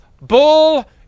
Bull